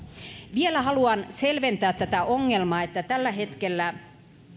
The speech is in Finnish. vielä haluan selventää tätä ongelmaa että tällä hetkellä